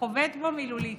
חובט בו מילולית.